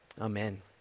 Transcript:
Amen